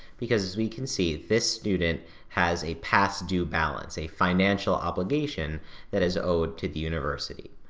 because as we can see this student has a past due balance, a financial obligation that is owed to the university,